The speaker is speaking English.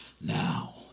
now